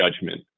judgment